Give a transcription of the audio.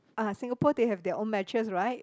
ah Singapore they have their own matches right